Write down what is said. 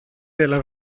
della